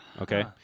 Okay